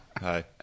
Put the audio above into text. Hi